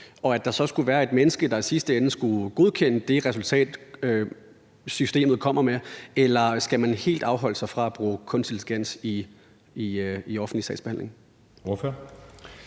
og at der så skulle være et menneske, der i sidste ende skulle godkende det resultat, systemet kom med, eller skal man helt afholde sig fra at bruge kunstig intelligens i offentlig sagsbehandling?